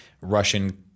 Russian